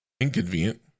inconvenient